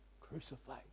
crucified